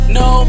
no